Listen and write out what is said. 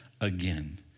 again